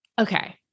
Okay